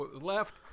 left